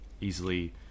easily